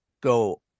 go